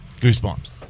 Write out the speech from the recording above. Goosebumps